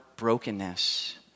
Brokenness